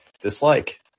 dislike